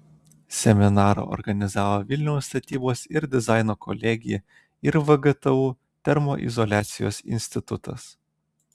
seminarą organizavo vilniaus statybos ir dizaino kolegija ir vgtu termoizoliacijos institutas